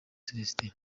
celestin